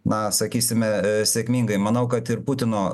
na sakysime sėkmingai manau kad ir putino